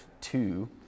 two